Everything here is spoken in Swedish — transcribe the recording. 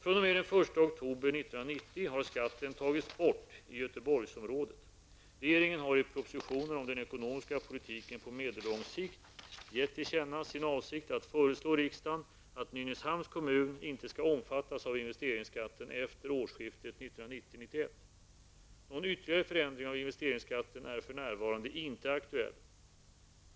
Nynäshamns kommun inte skall omfattas av investeringsskatten efter årsskiftet 1990-1991. Någon ytterligare förändring av investeringsskatten är för närvarande inte aktuell.